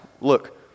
Look